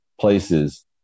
places